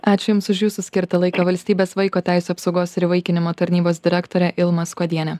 ačiū jums už jūsų skirtą laiką valstybės vaiko teisių apsaugos ir įvaikinimo tarnybos direktorė ilma skuodienė